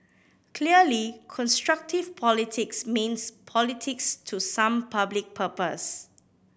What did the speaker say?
clearly constructive politics means politics to some public purpose